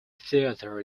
theatre